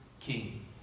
King